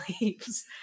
leaves